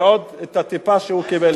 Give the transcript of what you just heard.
ועוד את הטיפה שהוא קיבל,